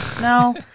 No